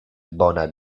bona